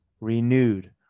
renewed